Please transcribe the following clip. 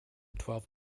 twelve